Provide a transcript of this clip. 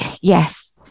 yes